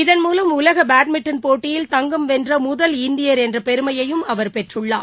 இதன் மூலம் உலக பேட்மின்டன் போட்டியில் தங்கம் வென்ற முதல் இந்தியர் என்ற பெருமையையும் அவர் பெற்றுள்ளார்